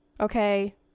okay